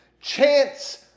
Chance